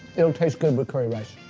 it'll taste good with curry rice.